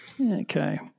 Okay